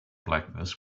blackness